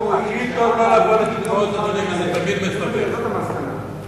לא מוכן לפגוע באופן אמיתי ולכן הוא מוכן לוותר,